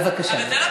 בבקשה.